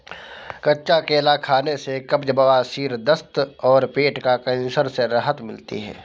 कच्चा केला खाने से कब्ज, बवासीर, दस्त और पेट का कैंसर से राहत मिलता है